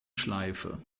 schleife